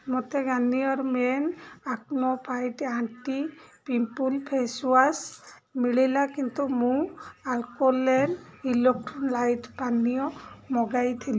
ମୋତେ Garnier men acno fight anti pimple face wash ମିଳିଲା କିନ୍ତୁ ମୁଁ ଆଲ୍କାଲେନ୍ ଇଲେକ୍ଟ୍ରୋଲାଇଟ୍ ପାନୀୟ ମଗାଇଥିଲି